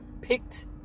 picked